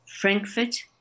Frankfurt